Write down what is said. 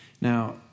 Now